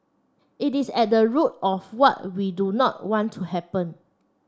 it is at the root of what we do not want to happen